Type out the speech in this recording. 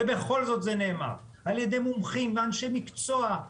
ובכל זאת זה נאמר על ידי מומחים ואנשי מקצוע.